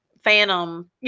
phantom